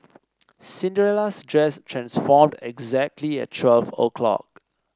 Cinderella's dress transformed exactly at twelve o'clock